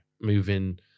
moving